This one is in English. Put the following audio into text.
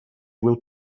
will